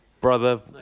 brother